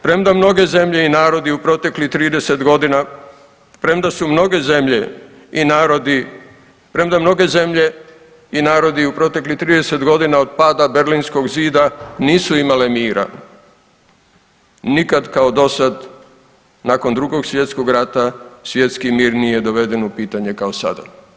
Premda mnoge zemlje i narodi u proteklih 30 godina, premda su mnoge zemlje i narodi, premda mnoge zemlje i narodi u proteklih 30 godina od pada Berlinskog zida nisu imale mira, nikad kao dosad nakon Drugog svjetskog rata svjetski mir nije doveden u pitanje kao sada.